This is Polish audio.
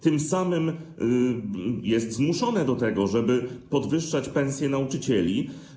Tym samym jest zmuszone do tego, żeby podwyższać pensje nauczycieli.